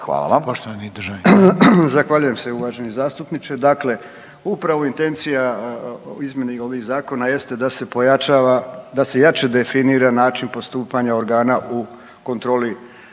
Hvala. Poštovani državni